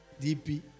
DP